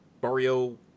Barrio